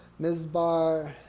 Mizbar